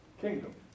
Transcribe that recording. kingdom